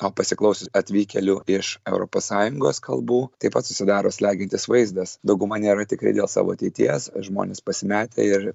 o pasiklausius atvykėlių iš europos sąjungos kalbų taip pat susidaro slegiantis vaizdas dauguma nėra tikri dėl savo ateities žmonės pasimetę ir